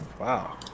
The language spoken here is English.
Wow